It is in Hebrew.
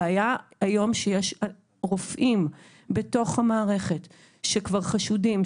הבעיה היום שיש רופאים בתוך המערכת שכבר חשודים,